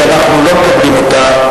שאנחנו לא מקבלים אותה,